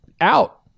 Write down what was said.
out